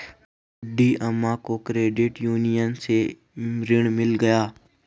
बूढ़ी अम्मा को credit union से ऋण मिल गया है